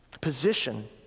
position